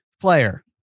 player